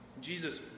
Jesus